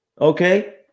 Okay